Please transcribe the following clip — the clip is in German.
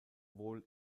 wohl